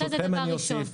זה מה שאני רוצה כדבר ראשון .